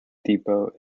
depot